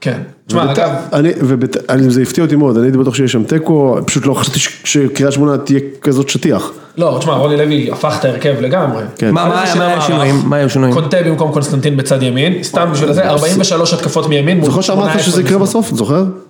כן. תשמע, אגב... אני... זה הפתיע אותי מאוד, אני הייתי בטוח שיש שם טקו, פשוט לא חשבתי שקריית שמונה תהיה כזאת שטיח. לא, תשמע, רולי לוי הפך את הרכב לגמרי. כן. מה היו השינויים? קונטה במקום קונסטנטין בצד ימין, סתם בשביל זה, 43 התקפות מימין. זוכר שאמרת שזה יקרה בסוף, זוכר?